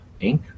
Inc